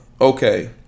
Okay